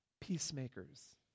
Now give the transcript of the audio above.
peacemakers